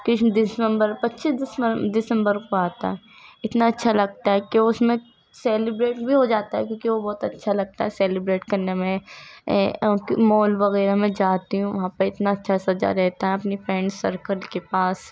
کس دسمبر پچیس دسمبر کو آتا ہے اتنا اچھا لگتا ہے کہ اس میں سیلیبریٹ بھی ہو جاتا ہے کیونکہ وہ بہت اچھا لگتا ہے سیلیبریٹ کرنے میں مال وغیرہ میں جاتی ہوں وہاں پہ اتنا اچھا سجا رہتا ہے اپنی فرینڈس سرکل کے پاس